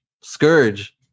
scourge